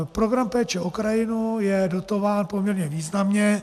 Program Péče o krajinu je dotován poměrně významně.